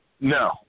no